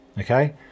okay